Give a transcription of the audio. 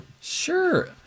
Sure